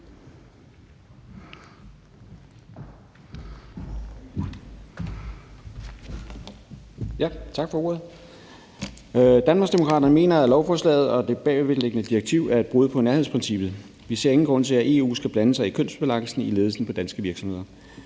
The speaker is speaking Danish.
Tak for ordet. Danmarksdemokraterne mener, at lovforslaget og det bagvedliggende direktiv er et brud på nærhedsprincippet. Vi ser ingen grund til, at EU skal blande sig i kønsbalancen i ledelsen på danske virksomheder.